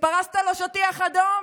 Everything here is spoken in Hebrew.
שפרסת לו שטיח אדום,